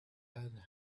had